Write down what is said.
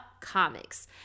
comics